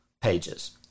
pages